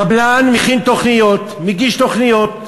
קבלן מכין תוכניות, מגיש תוכניות,